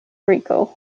rico